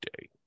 day